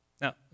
Now